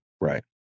Right